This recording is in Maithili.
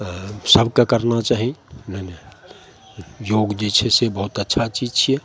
सबके करना चाही नहि नहि योग जे छै से बहुत अच्छा चीज छियै